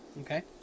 Okay